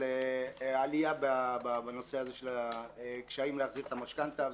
על קשיים להחזיר משכנתה.